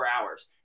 hours